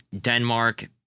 Denmark